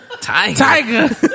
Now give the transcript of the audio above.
Tiger